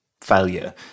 failure